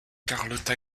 carlotta